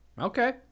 Okay